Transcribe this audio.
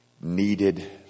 needed